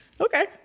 Okay